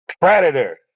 Predator